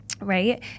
right